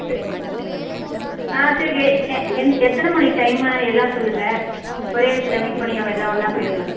சே ஆ சரிக்கா ஏ என் எத்தனை மணி டைம்மு எல்லாம் சொல்லுங்கள் ஒரே இடத்துல மீட் பண்ணி நம்ம எல்லாம் ஒன்னா போயிரலாம்